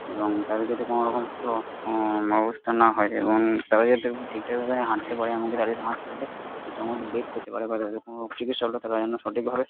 এবং তাদের যাতে কোনো রকম কিছু অবস্থা না হয় এবং তারা যাতে ঠিকঠাকভাবে হাঁটতে পারে এমন কি তারা যাতে হাঁটতে পারে ঠিকঠাক মতো বেড পেতে পারে বা তাদের কোনো চিকিৎসা হলে তারা যেন সঠিকভাবে